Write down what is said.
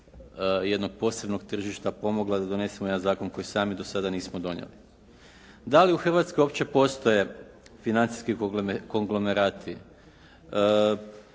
jednog posebnog tržišta pomogla da donesemo jedan zakon koji sami do sada nismo donijeli. Da li je u Hrvatskoj uopće postoje financijski konglomerati?